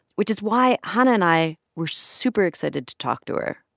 which is why hanna and i were super excited to talk to her.